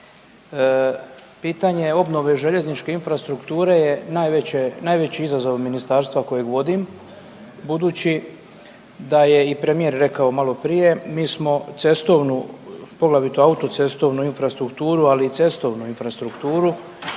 pitanje obnove željezničke infrastrukture je najveći izazov ministarstva kojeg vodim budući da je i premijer rekao malo prije mi smo cestovnu, poglavito auto-cestovnu infrastrukturu ali i cestovnu infrastrukturu